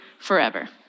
forever